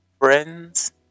Friends